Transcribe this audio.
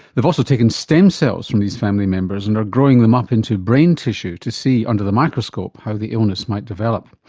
they've also taken stem cells from these family members and are growing them up into brain tissue to see, see, under the microscope, how the illness might develop.